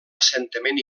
assentament